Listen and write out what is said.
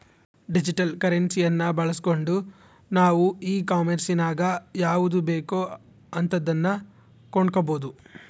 digital ಕರೆನ್ಸಿಯನ್ನ ಬಳಸ್ಗಂಡು ನಾವು ಈ ಕಾಂಮೆರ್ಸಿನಗ ಯಾವುದು ಬೇಕೋ ಅಂತದನ್ನ ಕೊಂಡಕಬೊದು